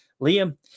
Liam